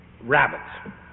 rabbits